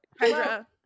Hydra